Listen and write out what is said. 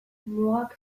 mugak